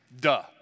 Duh